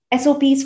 SOPs